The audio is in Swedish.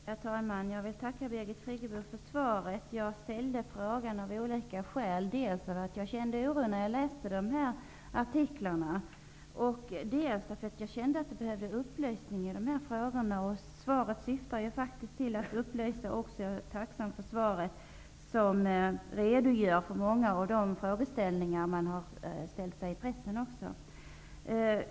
Herr talman! Jag vill tacka Birgit Friggebo för svaret. Jag ställde frågan av olika skäl -- dels därför att jag kände oro när jag läste om detta i tidningsartiklarna, dels därför att jag kände att jag behövde upplysning i dessa frågor. Svaret syftar faktiskt till att upplysa, och jag är tacksam för svaret, där många av de frågor klargörs som också ställts i pressen.